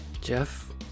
Jeff